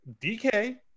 DK